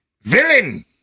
Villain